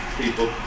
people